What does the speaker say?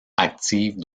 active